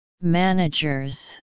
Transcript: managers